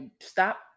stop